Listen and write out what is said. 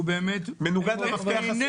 שהוא באמת -- מנוגד למפתח הסיעתי.